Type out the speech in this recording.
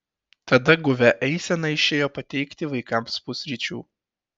tada guvia eisena išėjo patiekti vaikams pusryčių